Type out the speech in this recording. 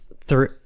three